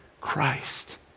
Christ